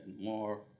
more